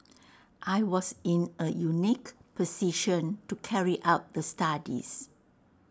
I was in A unique position to carry out the studies